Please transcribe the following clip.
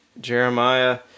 Jeremiah